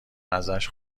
ازش